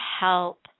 help